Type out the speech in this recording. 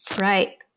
Right